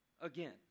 again